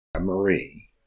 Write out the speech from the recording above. Marie